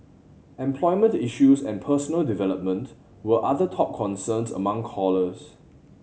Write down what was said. employment issues and personal development were other top concerns among callers